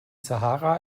sahara